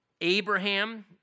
Abraham